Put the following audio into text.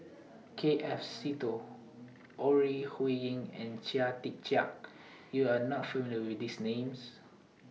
K F Seetoh Ore Huiying and Chia Tee Chiak YOU Are not familiar with These Names